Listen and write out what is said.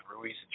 Ruiz